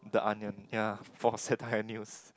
the onion ya for satire news